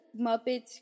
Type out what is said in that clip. Muppets